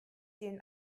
den